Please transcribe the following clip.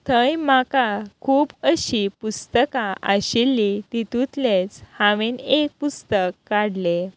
थंय म्हाका खूब अशीं पुस्तकां आशिल्लीं तातूंतलेंच हांवें एक पुस्तक काडलें